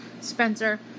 Spencer